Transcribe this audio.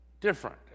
different